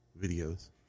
videos